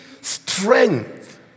strength